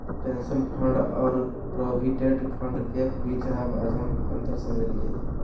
pension fund और provident fund के बीच हम आज अंतर समझलियै